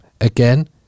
again